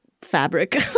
fabric